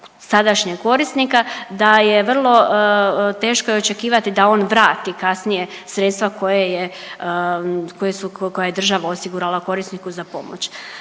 sadašnjeg korisnika da je vrlo teško i očekivati da on vrati kasnije sredstva koje je, koje su, koje je država osigurala korisniku za pomoć.